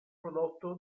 prodotto